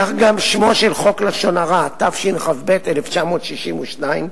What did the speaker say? כך גם שמו של חוק לשון הרע, התשכ"ב 1962,